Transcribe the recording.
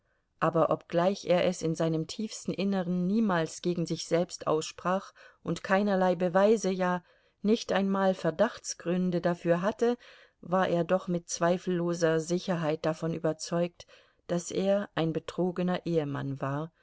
aber obgleich er es in seinem tiefsten innern niemals gegen sich selbst aussprach und keinerlei beweise ja nicht einmal verdachtsgründe dafür hatte war er doch mit zweifelloser sicherheit davon überzeugt daß er ein betrogener ehemann war